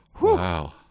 Wow